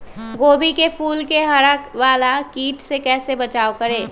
गोभी के फूल मे हरा वाला कीट से कैसे बचाब करें?